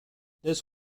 this